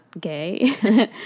gay